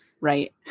right